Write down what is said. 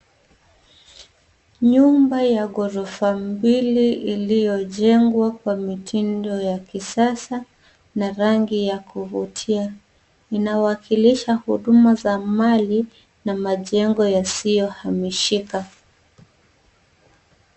Nyumba ya ghorofa mbili iliyojengwa kwa mitindo ya kisasa na rangi ya kuvutia. Inawakilisha huduma za mali na majengo yasiyohamishika.